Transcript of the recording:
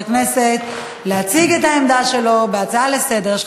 הכנסת להציג את העמדה שלו בהצעה לסדר-היום.